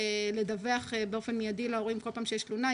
לדווח באופן מידי להורים כל פעם שיש תלונה.